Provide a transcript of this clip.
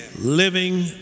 living